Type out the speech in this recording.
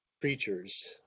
creatures